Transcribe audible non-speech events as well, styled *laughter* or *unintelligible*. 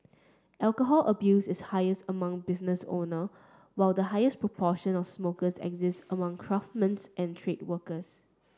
alcohol abuse is highest among business owner while the highest proportion of smokers exists among *unintelligible* and trade workers